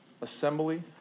assembly